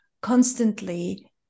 constantly